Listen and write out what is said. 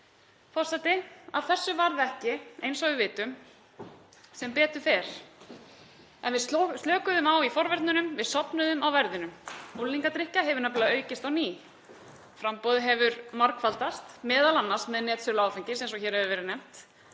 þessu varð ekki, eins og við vitum, sem betur fer. En við slökuðum á í forvörnunum, við sofnuðum á verðinum. Unglingadrykkja hefur nefnilega aukist á ný. Framboðið hefur margfaldast m.a. með netsölu áfengis, eins og hér hefur verið nefnt,